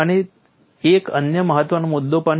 અને એક અન્ય મહત્વનો મુદ્દો પણ છે